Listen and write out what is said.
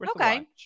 Okay